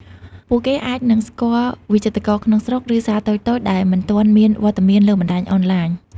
ពួកគេអាចនឹងស្គាល់វិចិត្រករក្នុងស្រុក ឬសាលតូចៗដែលមិនទាន់មានវត្តមានលើបណ្តាញអនឡាញ។